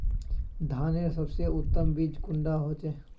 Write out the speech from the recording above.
धानेर सबसे उत्तम बीज कुंडा होचए?